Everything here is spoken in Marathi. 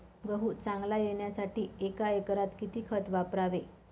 गहू चांगला येण्यासाठी एका एकरात किती खत वापरावे?